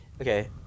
okay